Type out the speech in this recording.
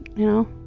you know